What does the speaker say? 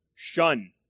Shun